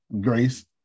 Grace